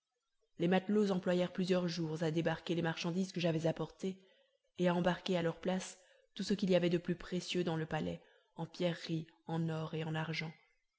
les matelots employèrent plusieurs jours à débarquer les marchandises que j'avais apportées et à embarquer à leur place tout ce qu'il y avait de plus précieux dans le palais en pierreries en or et en argent